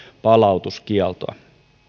palautuskieltoa